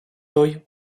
той